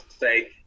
say